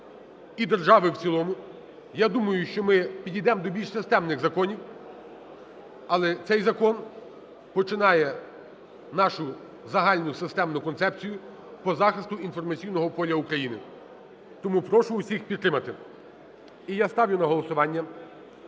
і держави в цілому. Я думаю, що ми підійдемо до більш системних законів, але цей закон починає нашу загальну системну концепцію по захисту інформаційного поля України тому прошу усіх підтримати. І я ставлю на голосування